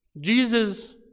Jesus